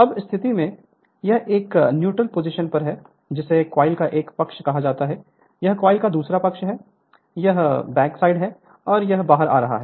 अब इस स्थिति में यह एक न्यूट्रल पोजिशन पर है जिसे कॉइल का एक पक्ष कहा जाता है यह कॉइल का दूसरा पक्ष है यह बैक साइड है और यह बाहर आ रहा है